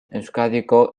euskadiko